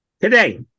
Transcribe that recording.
Today